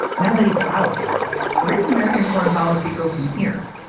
now that he's out where does american foreign policy go from here.